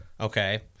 okay